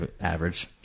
average